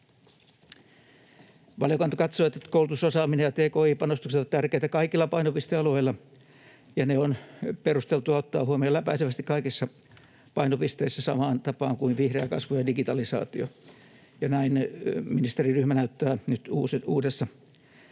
Valiokunta katsoo, että koulutus, osaaminen ja tki-panostukset ovat tärkeitä kaikilla painopistealueilla ja ne on perusteltua ottaa huomioon läpäisevästi kaikissa painopisteissä samaan tapaan kuin vihreä kasvu ja digitalisaatio, ja näin ministeriryhmä näyttää nyt uudessa